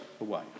away